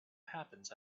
happens